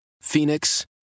Phoenix